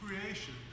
creation